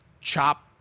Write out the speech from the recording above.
chop